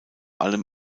allem